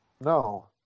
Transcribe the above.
No